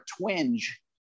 twinge